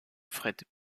fred